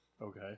Okay